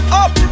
up